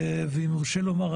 ואם יורשה לי לומר,